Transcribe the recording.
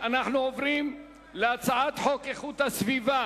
אנחנו עוברים להצעת חוק איכות הסביבה